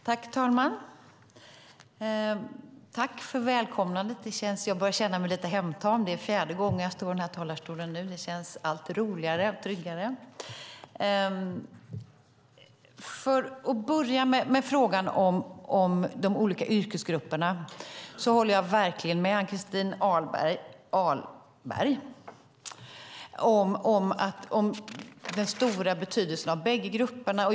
Fru talman! Jag tackar för välkomnandet. Jag börjar känna mig lite hemtam. Det är fjärde gången jag står i denna talarstol. Det känns allt roligare och tryggare. När det gäller frågan om de olika yrkesgrupperna håller jag verkligen med Ann-Christin Ahlberg om den stora betydelsen av bägge grupperna.